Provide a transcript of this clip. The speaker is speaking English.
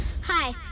Hi